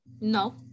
No